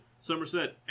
Somerset